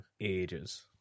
ages